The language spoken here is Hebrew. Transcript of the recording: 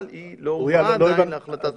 אבל היא לא הובאה עדיין להחלטת הממשלה.